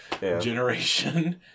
generation